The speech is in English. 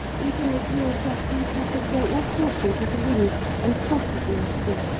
even if you and serpice have to throw all caution to the winds and throttle the old fool